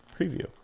Preview